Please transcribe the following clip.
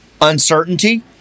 Uncertainty